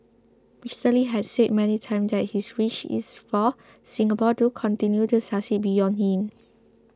Mister Lee had said many times that his wish is for Singapore to continue to succeed beyond him